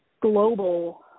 global